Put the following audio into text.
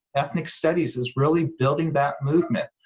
ethnic studies is really building that movement,